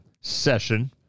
session